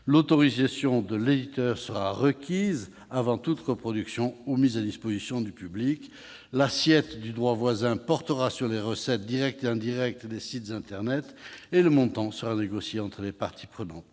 L'autorisation de l'éditeur sera requise avant toute reproduction ou mise à disposition du public. L'assiette du droit voisin portera sur les recettes, directes et indirectes, des sites internet et le montant sera négocié entre les parties prenantes.